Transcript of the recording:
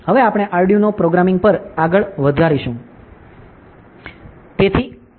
હવે આપણે Arduino programming પર આગળ વધારીશું